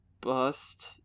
bust